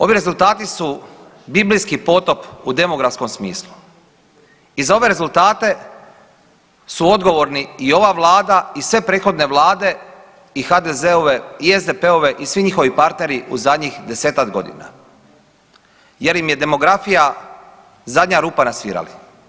Ovi rezultati su biblijski potop u demografskom smislu i za ove rezultate su odgovorni i ova vlada i sve prethodne vlade i HDZ-ove i SDP-ove i svi njihovi partneri u zadnjih 10-tak godina jer im je demografija zadnja rupa na svirali.